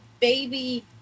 baby